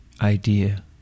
idea